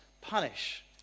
punish